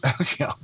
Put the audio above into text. Okay